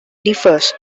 differs